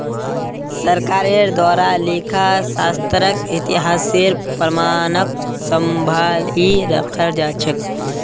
सरकारेर द्वारे लेखा शास्त्रक इतिहासेर प्रमाणक सम्भलई रखाल जा छेक